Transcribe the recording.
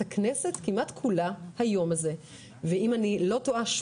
הכנסת כמעט כולה ביום הזה ואם אני לא טועה,